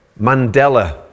Mandela